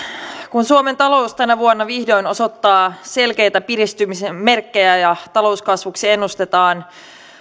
kun suomen talous tänä vuonna vihdoin osoittaa selkeitä piristymisen merkkejä ja talouskasvuksi ennustetaan